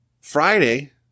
Friday